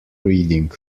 reading